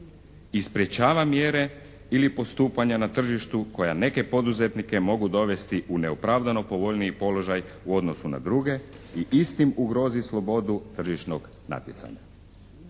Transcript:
i sprječava mjere ili postupanja na tržištu koja neke poduzetnike mogu dovesti u neopravdano povoljniji položaj u odnosu na druge i istim ugroziti slobodu tržišnog natjecanja.